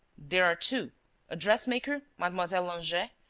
there are two a dressmaker, mademoiselle langeais,